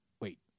Wait